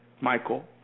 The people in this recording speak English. Michael